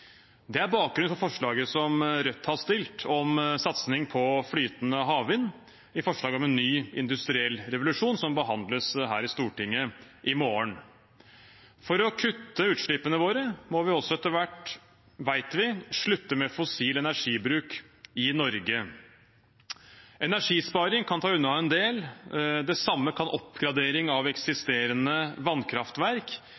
Det er bakgrunnen for forslaget som Rødt har fremmet, om satsing på flytende havvind, i representantforslaget om en ny industriell revolusjon, som behandles her i Stortinget i morgen. For å kutte utslippene våre må vi også etter hvert, vet vi, slutte med fossil energibruk i Norge. Energisparing kan ta unna en del, det samme kan oppgradering av